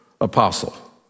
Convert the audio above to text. apostle